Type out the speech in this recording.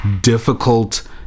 difficult